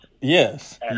Yes